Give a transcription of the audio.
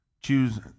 choose